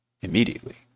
immediately